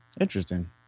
Interesting